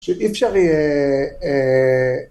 שאי אפשר יהיה